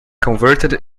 converted